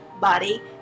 body